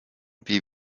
wie